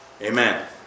Amen